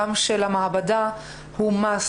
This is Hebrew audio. גם של המעבדה הוא הכרחי,